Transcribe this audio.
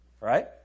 Right